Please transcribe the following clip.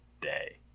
day